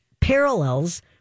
parallels